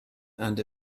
and